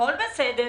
הכול בסדר.